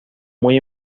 muy